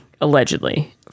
allegedly